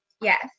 Yes